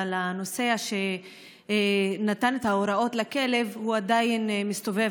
אבל הנוסע שנתן את ההוראות לכלב עדיין מסתובב